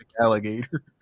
alligator